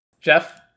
Jeff